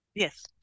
Yes